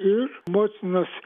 ir motinos